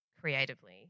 creatively